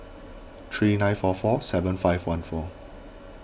three nine four four seven five one four